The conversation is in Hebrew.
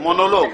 מונולוג.